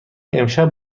امشب